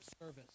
service